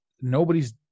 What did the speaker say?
nobody's